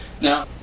Now